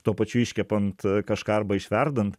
tuo pačiu iškepant kažką arba išverdant